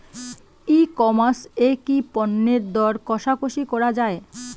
ই commerce এ কি পণ্যের দর কশাকশি করা য়ায়?